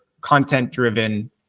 content-driven